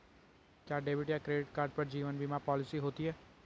क्या डेबिट या credit card पर जीवन बीमा पॉलिसी होती है?